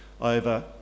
over